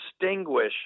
distinguish